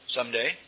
Someday